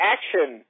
Action